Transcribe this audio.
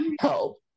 help